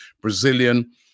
Brazilian